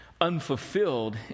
unfulfilled